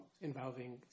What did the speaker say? involving